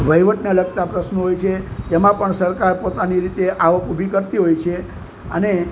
વહીવટને લગતા પ્રશ્નો હોય છે એમાં પણ સરકાર પોતાની રીતે આવક ઊભી કરતી હોય છે અને